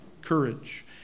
courage